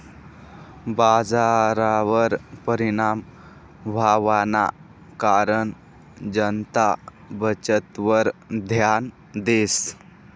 बजारवर परिणाम व्हवाना कारण जनता बचतवर ध्यान देस